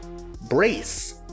Brace